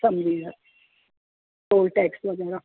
सम्झी वियमि toll tax वग़ैरह